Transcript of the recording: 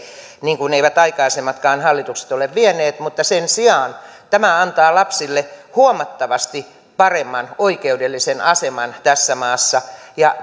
niin kuin eivät aikaisemmatkaan hallitukset ole vieneet mutta sen sijaan tämä antaa lapsille huomattavasti paremman oikeudellisen aseman tässä maassa